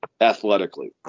athletically